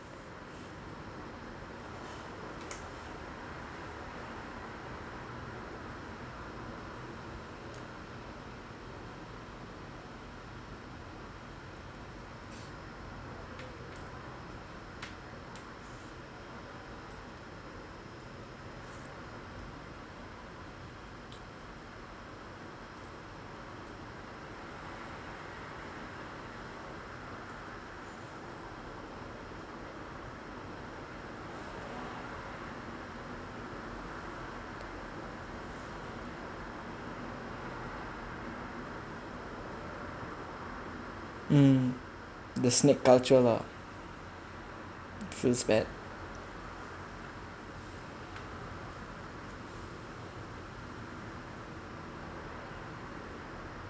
mm the snake culture lah fruits bat